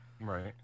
Right